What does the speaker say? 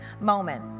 moment